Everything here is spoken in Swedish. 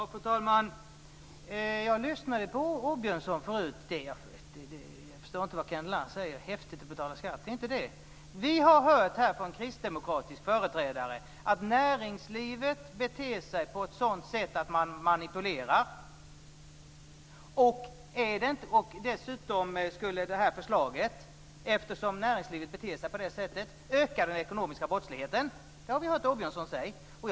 Fru talman! Jag lyssnade på Åbjörnsson förut. Jag förstår inte vad Kenneth Lantz säger när han säger att det är häftigt att betala skatt. Det handlar inte om det. Vi har hört från en kristdemokratisk företrädare att näringslivet beter sig på ett manipulerande sätt. Dessutom skulle det här förslaget, eftersom näringslivet beter sig på det här sättet, öka den ekonomiska brottsligheten. Det har vi hört Åbjörnsson säga.